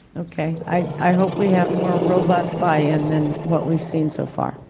okay. i hope we have more robust buy-in then what we've seen so far.